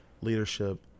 leadership